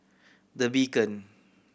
The Beacon